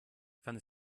fand